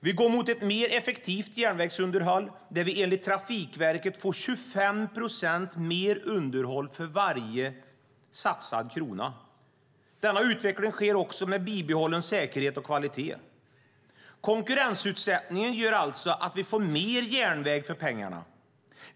Vi går mot ett mer effektivt järnvägsunderhåll, där vi enligt Trafikverket får 25 procent mer underhåll för varje satsad krona. Denna utveckling sker också med bibehållen säkerhet och kvalitet. Konkurrensutsättningen gör alltså att vi får mer järnväg för pengarna.